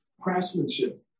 Craftsmanship